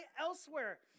elsewhere